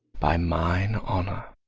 by mine honour,